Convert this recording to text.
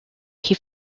found